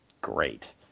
great